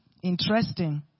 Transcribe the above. interesting